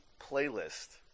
playlist